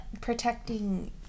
protecting